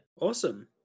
awesome